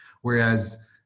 whereas